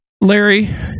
Larry